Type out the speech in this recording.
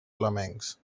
flamencs